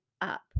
up